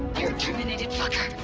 you're terminated fucker!